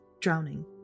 drowning